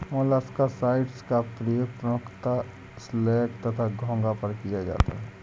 मोलॉक्साइड्स का प्रयोग मुख्यतः स्लग तथा घोंघा पर किया जाता है